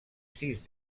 sis